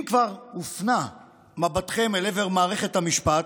אם כבר הופנה מבטכם אל עבר מערכת המשפט,